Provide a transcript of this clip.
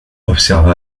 observa